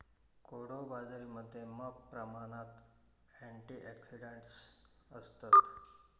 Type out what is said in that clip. कोडो बाजरीमध्ये मॉप प्रमाणात अँटिऑक्सिडंट्स असतत